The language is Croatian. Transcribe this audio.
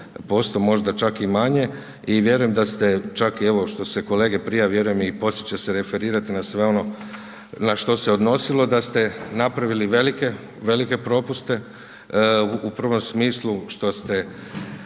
posto, možda čak i manje i vjerujem da ste, čak i evo, što se kolege …/Govornik se ne razumije./… vjerujem i poslije će se referirati na sve ono na što se odnosilo, da ste napravili velike propuste, u prvom smislu, što ste